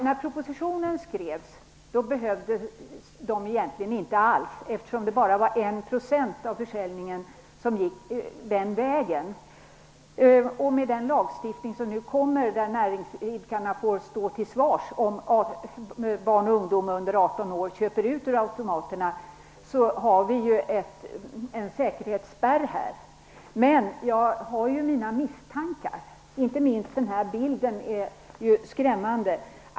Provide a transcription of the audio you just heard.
När propositionen skrevs behövdes de egentligen inte alls eftersom det bara var 1 % av försäljningen som gick den vägen, och med den lagstiftning som nu kommer, där det står att näringsidkarna får stå till svars om barn och ungdom under 18 år köper ut ur automaterna, har vi en säkerhetsspärr. Fast jag har mina misstankar. Inte minst den bild som jag visade upp är ju skrämmande.